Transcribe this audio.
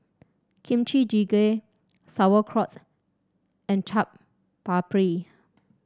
Kimchi Jjigae Sauerkraut and Chaat Papri